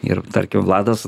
ir tarkim vladas